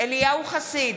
אליהו חסיד,